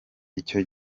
icyo